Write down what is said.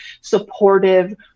supportive